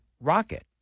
rocket